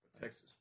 Texas